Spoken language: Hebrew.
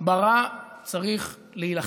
ברע צריך להילחם.